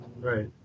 Right